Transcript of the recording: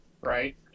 right